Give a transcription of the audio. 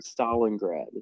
Stalingrad